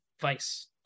vice